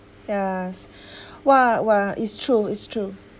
yeah !wah! !wah! it's true it's true